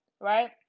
right